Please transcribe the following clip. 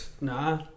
Nah